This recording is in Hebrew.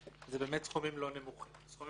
הן באמת בסכומים לא מבוטלים.